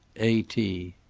a. t.